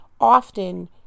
often